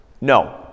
No